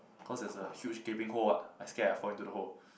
cause there's a huge gaping hole what I scared I fall into the hole